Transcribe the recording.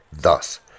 Thus